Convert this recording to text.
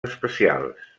especials